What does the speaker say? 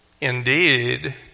Indeed